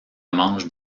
manche